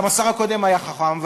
גם השר הקודם היה חכם,